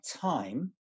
time